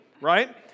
right